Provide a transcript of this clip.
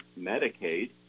Medicaid